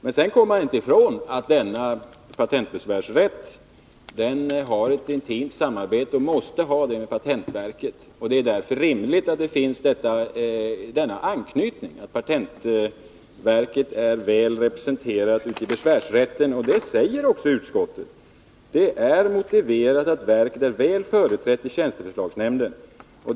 Men sedan kommer man inte ifrån att denna patentbesvärsrätt måste ha ett intimt samarbete med patentverket, och därför är det rimligt att det finns denna anknytning, dvs. att patentverket är väl representerat i patentbesvärsrätten. Detta har utskottet också framhållit. Det har bl.a. skrivit följande: ”Det är därför motiverat att verket är väl företrätt i tjänsteförslagsnämnden.